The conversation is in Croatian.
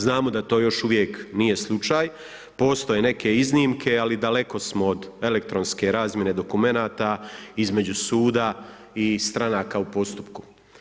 Znamo da to još uvijek nije slučaj, postoje neke iznimke ali daleko smo od elektronske razmjene dokumenata između suda i stranaka u postupku.